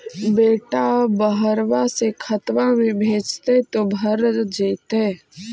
बेटा बहरबा से खतबा में भेजते तो भरा जैतय?